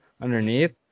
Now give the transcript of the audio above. underneath